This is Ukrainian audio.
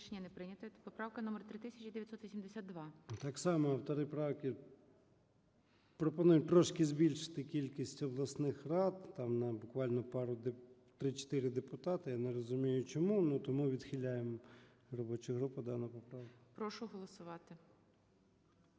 Так само, автори правки пропонують трошки збільшити кількість обласних рад, там, на буквально 3-4 депутати. Я не розумію, чому, тому відхиляє робоча група дану поправку. ГОЛОВУЮЧИЙ. Прошу голосувати.